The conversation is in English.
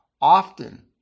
often